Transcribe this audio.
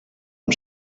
amb